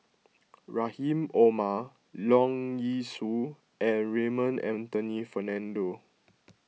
Rahim Omar Leong Yee Soo and Raymond Anthony Fernando